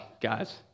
Guys